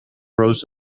rows